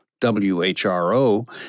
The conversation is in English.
WHRO